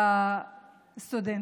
לסטודנטים.